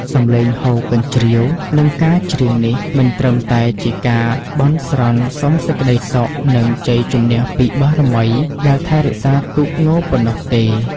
សំឡេងហ៊ោរកញ្ជ្រៀវ និងការច្រៀងនេះ មិនត្រឹមតែជាការបន់ស្រន់សុំសេចក្តីសុខ និងជ័យជំនះពីបារមីដែលថែរក្សាទូកងប៉ុណ្ណោះទេ។